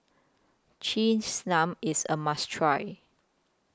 Cheese Naan IS A must Try